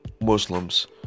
Muslims